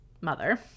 mother